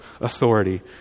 authority